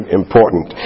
important